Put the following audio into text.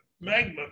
magma